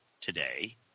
today